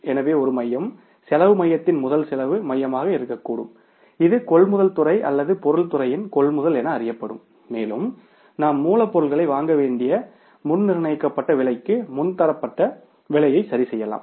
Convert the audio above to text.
எனவே ஒரு மையம் காஸ்ட் சென்டர்த்தின் முதல் காஸ்ட் சென்டர்மாக இருக்கக்கூடும் இது கொள்முதல் துறை அல்லது பொருள் துறையின் கொள்முதல் என அறியப்படும் மேலும் நாம் மூலப்பொருளை வாங்க வேண்டிய முன் நிர்ணயிக்கப்பட்ட விலைக்கு முன் தரப்படுத்தப்பட்ட விலையை சரிசெய்யலாம்